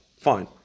Fine